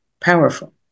powerful